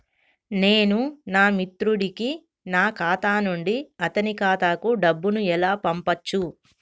నేను నా మిత్రుడి కి నా ఖాతా నుండి అతని ఖాతా కు డబ్బు ను ఎలా పంపచ్చు?